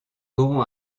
aurons